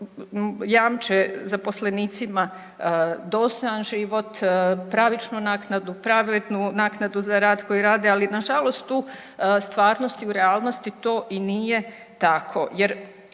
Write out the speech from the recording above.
jamče zaposlenicima dostojan život, pravičnu naknadu, pravednu naknadu za rad koji rade ali nažalost u stvarnosti, u realnosti to i nije tako